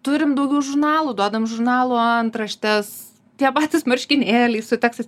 turim daugiau žurnalų duodam žurnalų antraštes tie patys marškinėliai su tekstais